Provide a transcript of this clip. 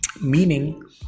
meaning